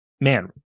man